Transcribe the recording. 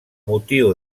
motiu